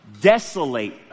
desolate